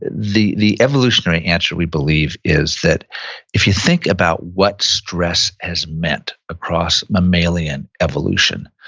the the evolutionary answer we believe is that if you think about what stress has meant across mammalian evolution,